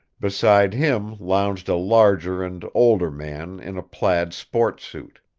beside him lounged a larger and older man in a plaid sport suit.